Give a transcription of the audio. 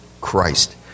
Christ